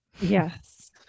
Yes